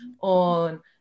on